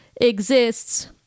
exists